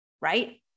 right